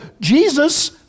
Jesus